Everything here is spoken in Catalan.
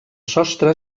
sostre